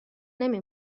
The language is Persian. نمی